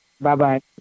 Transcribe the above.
Bye-bye